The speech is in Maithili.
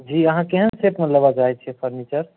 जी अहाँ केहन सेटमे लेबय चाहैत छियै फर्नीचर